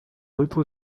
little